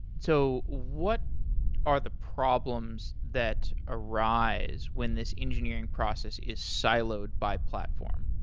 so what are the problems that arise when this engineering process is siloed by platform?